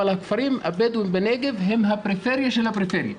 אבל הכפרים הבדואים בנגב הם הפריפריה של הפריפריה,